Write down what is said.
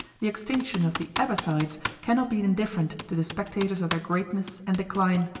the extinction of the abbassides cannot be indifferent to the spectators of their greatness and decline.